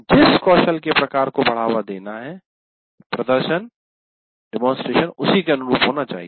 जिस कौशल के प्रकार को बढावा देना है प्रदर्शन उसी के अनुरूप होना चाहिए